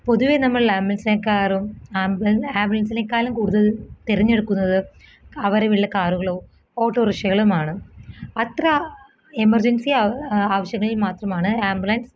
പൊതുവെ നമ്മൾ ആംബുലൻസിനെക്കാളും ആംബുലൻസിനെക്കാളും കൂടുതൽ തിരഞ്ഞെടുക്കുന്നത് അവരെ വീട്ടിലെ കാറുകളോ ഓട്ടോറിക്ഷകളുമാണ് അത്ര എമർജൻസി ആവശ്യമെങ്കിൽ മാത്രമാണ് ആംബുലൻസ്